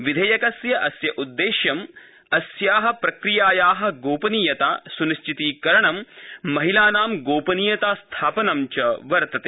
विधेयकस्य अस्य उद्देश्यम् अस्या प्रक्रियाया गोपनीयता स्निश्चितीकरणं महिलानां गोपनीयता स्थापनं वर्तते